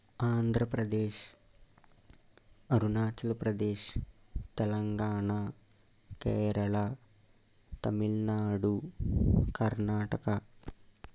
Andhra Pradesh Arunachal Pradesh Telangana Kerala Tamil Nadu Karnataka